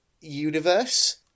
Universe